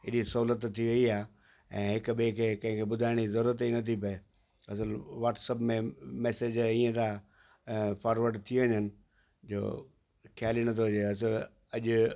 हेॾी सहूलियत थी वेई आहे ऐं हिकु ॿिएं खे कंहिंखे ॿुधाइण जी ही ज़रूरत नथी पिए असुलु वॉट्सअप में मैसेज इअं था फ़ॉर्वड थी वञनि जो ख़्याल ई नथो अचे असुलु अॼु